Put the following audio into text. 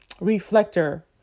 reflector